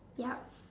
yup